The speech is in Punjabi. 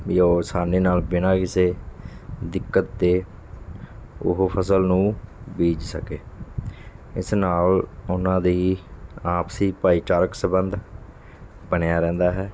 ਵੀ ਉਹ ਅਸਾਨੀ ਨਾਲ ਬਿਨਾਂ ਕਿਸੇ ਦਿੱਕਤ ਤੋਂ ਉਹ ਫ਼ਸਲ ਨੂੰ ਬੀਜ ਸਕੇ ਇਸ ਨਾਲ ਉਹਨਾਂ ਦੀ ਆਪਸੀ ਭਾਈਚਾਰਕ ਸਬੰਧ ਬਣਿਆ ਰਹਿੰਦਾ ਹੈ